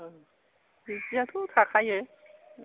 बिदियाथ' थाखायो